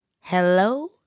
Hello